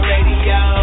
Radio